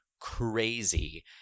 crazy